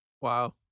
wow